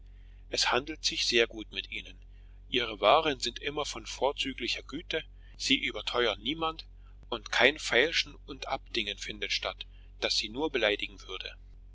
es handelt sich sehr gut mit ihnen ihre waren sind immer von vorzüglicher güte sie überteuern niemand und kein feilschen und abdingen findet statt das sie nur beleidigen würde